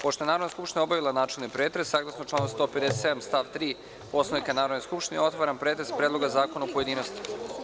Pošto je Narodna skupština obavila načelni pretres, saglasno članu 157. stav 3. Poslovnika Narodne skupštine, otvaram pretres Predloga zakona u pojedinostima.